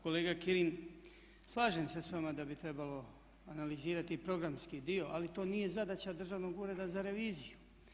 Kolega Kirin slažem se s vama da bi trebalo analizirati i programski dio, ali to nije zadaća Državnog ureda za reviziju.